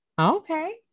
Okay